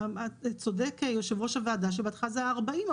צודק יושב ראש הוועדה שבהתחלה זה היה 40,